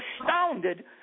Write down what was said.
astounded